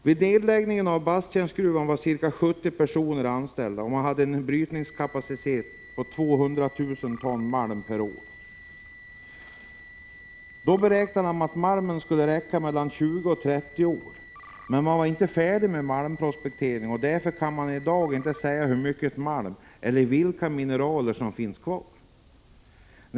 Vid nedläggningen av Basttjärnsgruvan var ca 70 personer anställda, och man hade en brytningskapacitet på 200 000 ton malm perår. Då beräknades att malmen skulle räcka mellan 20 och 30 år, men man var inte färdig med malmprospekteringen, och därför kan man i dag inte säga hur mycket malm eller vilka mineral som finns kvar.